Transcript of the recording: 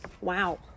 Wow